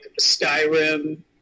Skyrim